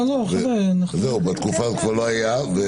נכון, בתקופה הזו כבר לא הייתה.